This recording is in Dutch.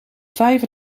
vijf